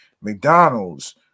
mcdonald's